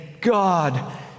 God